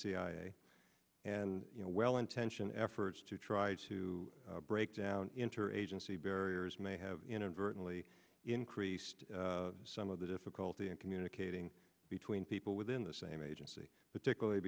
cia and you know well intentioned efforts to try to break down interagency barriers may have inadvertently increased some of the difficulty in communicating between people within the same agency particularly